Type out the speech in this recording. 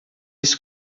isso